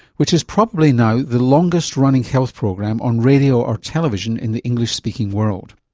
which is probably now the longest-running health program on radio or television in the english-speaking world.